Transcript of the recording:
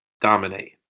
Dominate